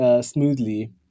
smoothly